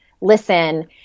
listen